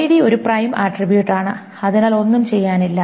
ID ഒരു prime attribute ആണ് അതിനാൽ ഒന്നും ചെയ്യാനില്ല